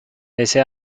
ese